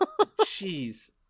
jeez